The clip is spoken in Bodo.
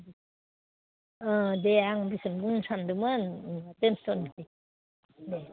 ओह दे आं बिसिबां बुंनो सानदोंमोन उम दोनथनोसै दे